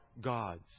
gods